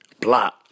Block